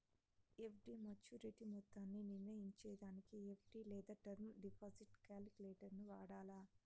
FD maturity మొత్తాన్ని నిర్నయించేదానికి FD లేదా టర్మ్ డిపాజిట్ కాలిక్యులేటరును వాడాల